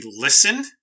listen